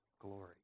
glory